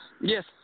Yes